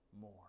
more